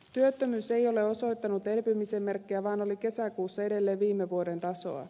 työttömyys ei ole osoittanut vähenemisen merkkejä vaan oli kesäkuussa edelleen viime vuoden tasoa